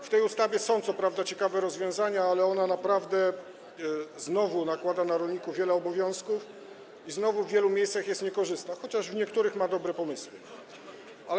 W tej ustawie są co prawda ciekawe rozwiązania, ale ona naprawdę znowu nakłada na rolników wiele obowiązków i znowu w wielu miejscach jest niekorzystna, chociaż w niektórych miejscach są zawarte dobre pomysły.